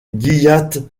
gilliatt